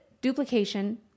duplication